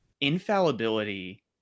infallibility